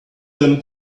them